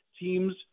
teams